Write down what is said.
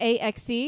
AXE